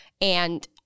and-